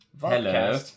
Hello